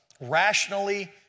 rationally